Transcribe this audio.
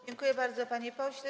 Dziękuję bardzo, panie pośle.